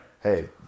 Hey